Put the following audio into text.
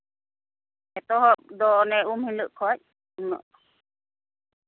ᱮᱛᱚᱦᱚᱵ ᱫᱚ ᱚᱱᱮ ᱩᱢ ᱦᱤᱞᱳᱜ ᱠᱷᱚᱱ